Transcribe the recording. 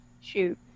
shoot